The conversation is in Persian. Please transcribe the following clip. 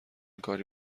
کاری